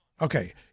Okay